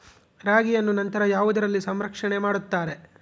ರಾಗಿಯನ್ನು ನಂತರ ಯಾವುದರಲ್ಲಿ ಸಂರಕ್ಷಣೆ ಮಾಡುತ್ತಾರೆ?